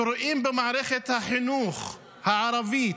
שרואים במערכת החינוך הערבית,